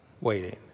waiting